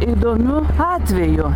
įdomiu atveju